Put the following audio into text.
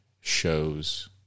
shows